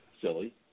silly